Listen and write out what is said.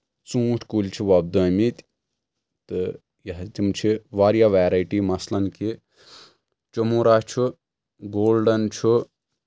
ژوٗنٛٹھۍ کُلۍ چھِ وۄپدٲمٕتۍ تہٕ یہِ تِم چھِ واریاہ ویرایٹی مثلن کہِ چوٚموٗرا چھُ گولڈن چھُ